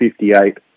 58